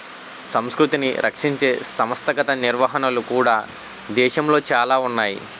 సంస్కృతిని రక్షించే సంస్థాగత నిర్వహణలు కూడా దేశంలో చాలా ఉన్నాయి